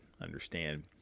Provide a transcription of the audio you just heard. understand